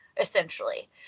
essentially